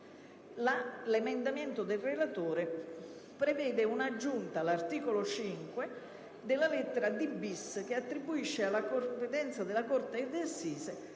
l'emendamento del relatore prevede l'aggiunta all'articolo 5 della lettera d-*bis*) che attribuisce alla competenza della corte d'assise